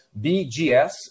BGS